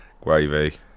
Gravy